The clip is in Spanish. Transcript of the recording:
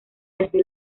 desde